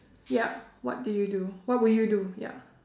yup what do you do what would you do ya